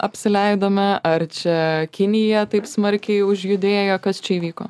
apsileidome ar čia kinija taip smarkiai užjudėjo kas čia įvyko